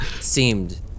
seemed